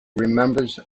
remembers